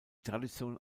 tradition